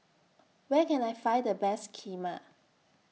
Where Can I Find The Best Kheema